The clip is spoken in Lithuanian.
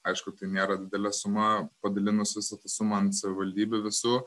aišku tai nėra didelė suma padalinus visą tą sumą ant savivaldybių visų